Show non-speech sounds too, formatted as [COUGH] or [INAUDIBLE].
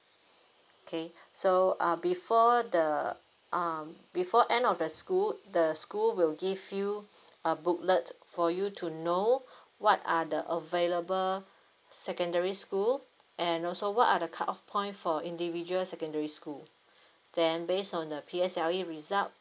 [BREATH] okay so uh prefer the um before end of the school the school will give you a booklet for you to know what are the available secondary school and also what are the cut off point for individual secondary school [BREATH] then based on the P_S_L_E result